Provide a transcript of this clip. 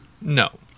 No